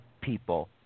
people